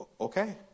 Okay